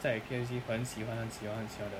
在 K_F_C 很喜欢很喜欢很喜欢的